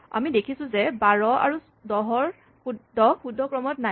আমি দেখিছোঁ যে ১২ আৰু ১০ শুদ্ধ ক্ৰমত নাই